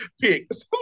Picks